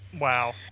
Wow